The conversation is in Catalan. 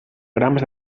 grams